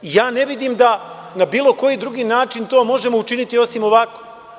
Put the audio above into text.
Ja ne vidim da na bilo koji drugi način možemo to učiniti osim ovako.